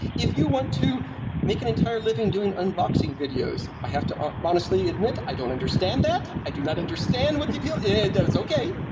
if you want to make an entire living doing unboxing videos, i have to ah honestly admit, i don't understand that. i do not understand what the appeal is. that's okay.